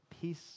peace